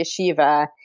yeshiva